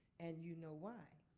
and you know why.